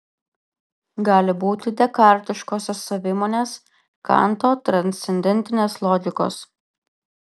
gali būti dekartiškosios savimonės kanto transcendentinės logikos